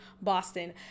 Boston